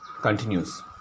continues